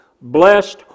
blessed